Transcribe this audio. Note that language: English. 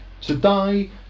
today